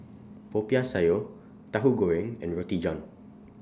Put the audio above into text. Popiah Sayur Tahu Goreng and Roti John